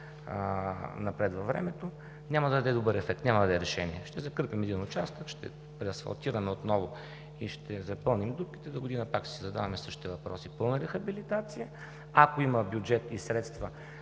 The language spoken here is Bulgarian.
напред във времето. Няма да даде добър ефект, няма да е решение – ще закърпим един участък, ще преасфалтираме отново и ще запълним дупките, а догодина пак ще си задаваме същите въпроси. Пълна рехабилитация, ако има бюджет и средства